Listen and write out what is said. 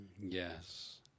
Yes